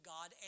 God